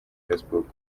facebook